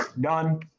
done